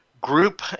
group